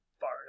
far